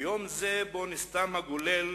ביום זה נסתם הגולל